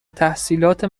تحصیلات